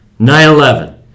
9-11